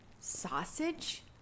sausage